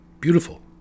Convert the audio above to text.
beautiful